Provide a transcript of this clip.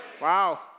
Wow